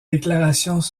déclarations